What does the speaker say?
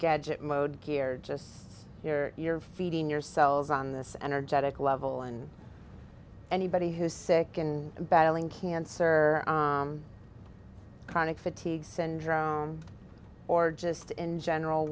gadget mode gear just here you're feeding yourselves on this energetic level and anybody who is sick can battling cancer chronic fatigue syndrome or just in general